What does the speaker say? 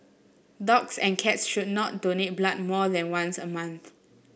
dogs and cats should not donate blood more than once a month